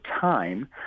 time